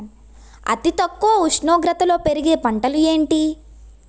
అతి తక్కువ ఉష్ణోగ్రతలో పెరిగే పంటలు ఏంటి?